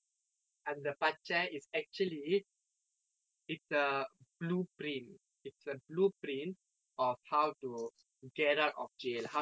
அந்த பச்சை:antha pachai is actually it's a blueprint it's a blueprint of how to get out of jail how to